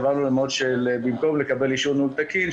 עברנו ל-mode של במקום לקבל אישור ניהול תקין,